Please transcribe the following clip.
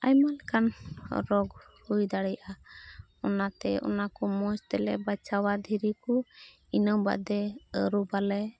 ᱟᱭᱢᱟ ᱞᱮᱠᱟᱱ ᱨᱳᱜᱽ ᱦᱩᱭ ᱫᱟᱲᱮᱭᱟᱜᱼᱟ ᱚᱱᱟᱛᱮ ᱚᱱᱟ ᱠᱚ ᱢᱚᱡᱽ ᱛᱮᱞᱮ ᱵᱟᱪᱷᱟᱣᱟ ᱫᱷᱤᱨᱤ ᱠᱩ ᱤᱱᱟᱹ ᱵᱟᱫᱮ ᱟᱹᱨᱩᱵᱟᱞᱮ